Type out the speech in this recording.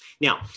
Now